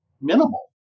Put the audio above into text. minimal